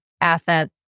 assets